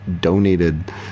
donated